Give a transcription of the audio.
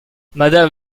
madame